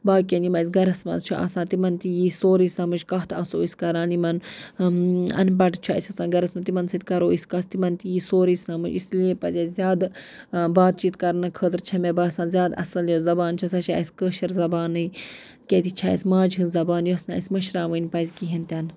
باقیَن یِم اَسہِ گَرَس منٛز چھِ آسان تِمَن تہِ یی سورُے سَمٕجھ کَتھ آسو أسۍ کَران یِمَن اَن پَڑھ چھُ اَسہِ آسان گَرَس منٛز تِمَن سۭتۍ کَرو أسۍ کَتھ تِمَن تہِ یی سورُے سَمٕجھ اِسلیے پَزِ اَسہِ زیادٕ بات چیٖت کَرنہٕ خٲطرٕ چھےٚ مےٚ باسان زیادٕ اَصٕل یۄس زبان چھےٚ سۄ چھےٚ اَسہِ کٲشِر زَبانٕے کیٛازِ یہِ اَسہِ ماجہِ ہِنٛز زبان یۄس نہٕ اَسہِ مٔشراوٕنۍ پَزِ کِہیٖنۍ تہِ نہٕ